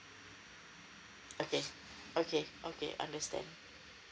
okay okay okay understand